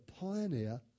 pioneer